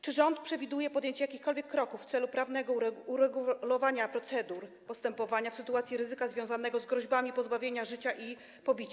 Czy rząd przewiduje podjęcie jakichkolwiek kroków w celu prawnego uregulowania procedur postępowania w sytuacji ryzyka związanego z groźbami pozbawienia życia i pobicia?